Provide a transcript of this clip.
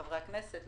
לחברי הכנסת,